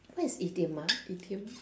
what is idiom ah idiom